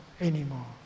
anymore